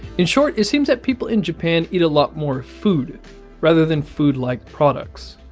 in short, it seems that people in japan eat a lot more food rather than food like products.